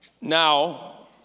Now